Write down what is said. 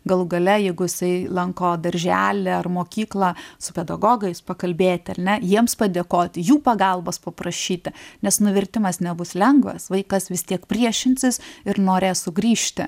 galų gale jeigu jisai lanko darželį ar mokyklą su pedagogais pakalbėti ar ne jiems padėkoti jų pagalbos paprašyti nes nuvertimas nebus lengvas vaikas vis tiek priešinsis ir norės sugrįžti